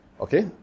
Okay